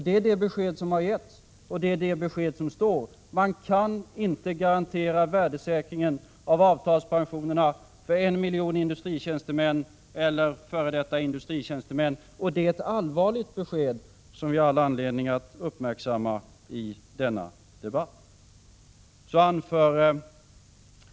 Det besked som har givits är att man inte kan garantera värdesäkringen av avtalspensionerna för 1 miljon industritjänstemän eller f. d. industritjänstemän. Det är ett allvarligt besked, som vi har all anledning att uppmärksamma i denna debatt.